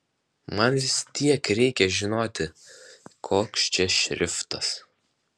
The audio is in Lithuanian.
man vis tiek reikia žinoti koks čia šriftas